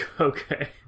Okay